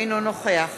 אינו נוכח